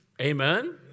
Amen